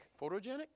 Photogenic